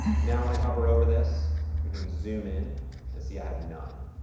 now, when i hover over this, we can zoom in and see, i have none.